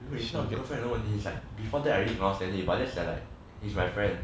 it's not the girlfriend 问题 it's like before that I already cannot stand him but then it's like he's my friend